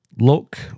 look